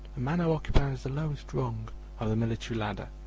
a man who occupies the lowest rung of the military ladder.